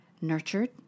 nurtured